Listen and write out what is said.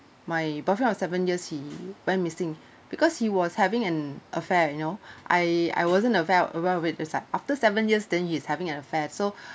my boyfriend of seven years he went missing because he was having an affair you know I I wasn't aware aware of it just like after seven years then he is having an affair so